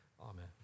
Amen